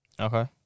Okay